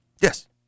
Yes